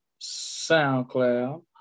SoundCloud